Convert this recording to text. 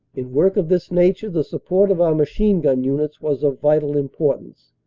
in work of this nature the support of our machine-gun units was of vital importance,